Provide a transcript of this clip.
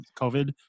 COVID